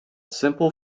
simple